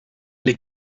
les